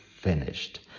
finished